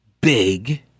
big